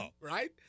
right